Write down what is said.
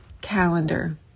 calendar